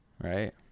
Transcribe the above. Right